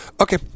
Okay